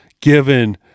given